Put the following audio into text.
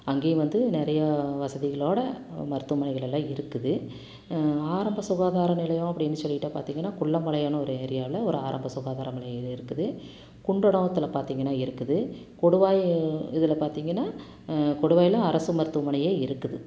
அங்கேயும் வந்து நிறைய வசதிகளோட மருத்துவமனைகளெல்லாம் இருக்குது ஆரம்ப சுகாதார நிலையம் அப்படின்னு சொல்லிக்கிட்டால் பார்த்திங்கன்னா குள்ளம்பாளையம்னு ஒரு ஏரியாவில் ஒரு ஆரம்ப சுகாதார நிலையம் இருக்குது குன்றடத்தில் பார்த்திங்கன்னா இருக்குது கொடுவாயி இதில் பார்த்திங்கன்னா கொடுவாயில் அரசு மருத்துவமனையே இருக்குது